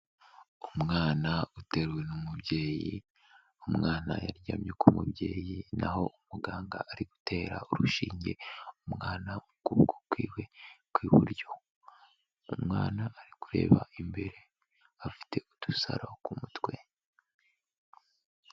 Umwana uteruwe n'umubyeyi, umwana yaryamye ku mubyeyi, naho umuganga ari gutera urushinge umwana ku kuboko kwiwe kw'iburyo, umwana ari kureba imbere afite udusaro ku mutwe.